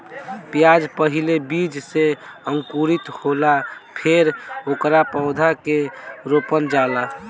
प्याज पहिले बीज से अंकुरित होला फेर ओकरा पौधा के रोपल जाला